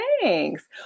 Thanks